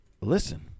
listen